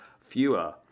fewer